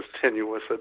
tenuous